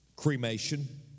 cremation